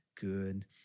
good